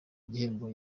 igihembo